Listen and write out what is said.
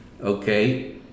okay